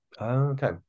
okay